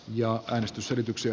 ja äänestysyrityksiä